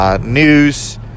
news